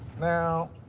Now